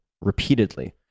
repeatedly